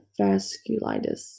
vasculitis